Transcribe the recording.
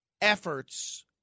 efforts